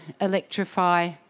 electrify